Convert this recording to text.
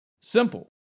Simple